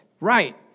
Right